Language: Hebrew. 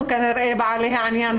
חינוכית.